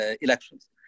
elections